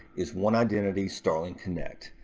is one identity starling connect.